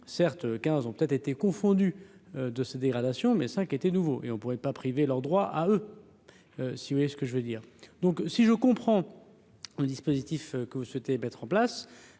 certes quinze ont peut-être été confondu de ces dégradations mais qui était nouveau et on ne pourrait pas priver leur droit à eux si vous voulez, ce que je veux dire, donc si je comprends un dispositif que. C'était mettre en place,